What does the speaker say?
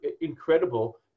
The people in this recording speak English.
incredible